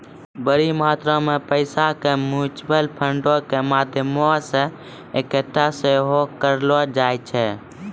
बड़ो मात्रा मे पैसा के म्यूचुअल फंडो के माध्यमो से एक्कठा सेहो करलो जाय छै